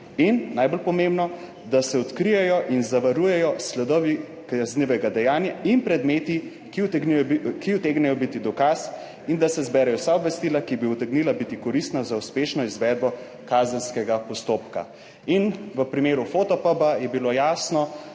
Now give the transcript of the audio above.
in najbolj pomembno, da se odkrijejo in zavarujejo sledovi kaznivega dejanja in predmeti, ki utegnejo biti dokaz in da se zberejo vsa obvestila, ki bi utegnila biti koristna za uspešno izvedbo kazenskega postopka.« In v primeru Fotopuba je bilo jasno,